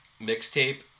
mixtape